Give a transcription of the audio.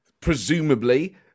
presumably